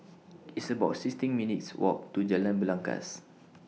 It's about sixteen minutes' Walk to Jalan Belangkas